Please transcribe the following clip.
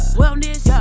wellness